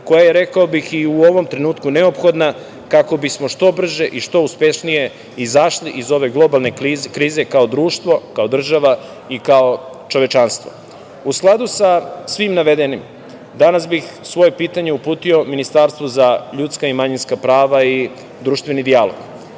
koja je, rekao bih, i u ovom trenutku neophodna kako bismo što brže i što uspešnije izašli iz ove globalne krize kao društvo, kao država i kao čovečanstvo.U skladu sa svim navedenim, danas bih svoje pitanje uputio Ministarstvu za ljudska i manjinska prava i društveni dijalog.